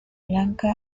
blanca